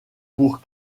pour